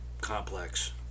complex